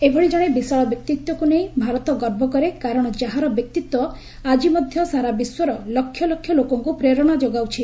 ଏଭଳି ଜଣେ ବିଶାଳ ବ୍ୟକ୍ତିତ୍ୱକୁ ନେଇ ଭାରତ ଗର୍ବ କରେ କାରଣ ଯାହାର ବ୍ୟକ୍ତିତ୍ୱ ଆଜି ମଧ୍ୟ ସାରା ବିଶ୍ୱର ଲକ୍ଷ ଲକ୍ଷ ଲୋକଙ୍କୁ ପ୍ରେରଣା ଯୋଗାଉଛି